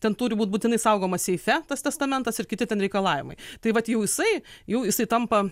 ten turi būt būtinai saugomas seife tas testamentas ir kiti ten reikalavimai tai vat jau jisai jau jisai tampa